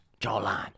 jawline